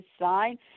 sign